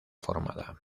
formada